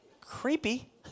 creepy